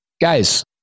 Guys